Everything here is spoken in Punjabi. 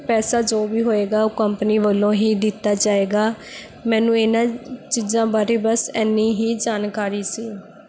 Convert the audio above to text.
ਪੈਸਾ ਜੋ ਵੀ ਹੋਏਗਾ ਉਹ ਕੰਪਨੀ ਵੱਲੋਂ ਹੀ ਦਿੱਤਾ ਜਾਏਗਾ ਮੈਨੂੰ ਇਹਨਾਂ ਚੀਜ਼ਾਂ ਬਾਰੇ ਬਸ ਐਨੀ ਹੀ ਜਾਣਕਾਰੀ ਸੀ